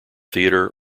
theatre